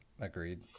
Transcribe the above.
Agreed